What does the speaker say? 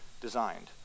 designed